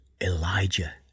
Elijah